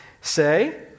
say